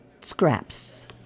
scraps